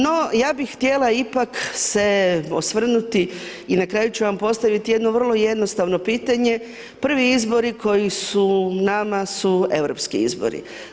No, ja bih htjela ipak se osvrnuti i na kraju ću vam postaviti jedno vrlo jednostavno pitanje, prvi izbori koji su nama su europski izbori.